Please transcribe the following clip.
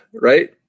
right